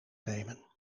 nemen